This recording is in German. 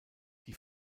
die